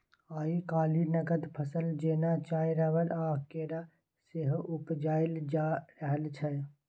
आइ काल्हि नगद फसल जेना चाय, रबर आ केरा सेहो उपजाएल जा रहल छै